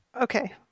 Okay